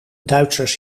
duitsers